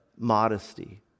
modesty